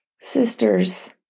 Sisters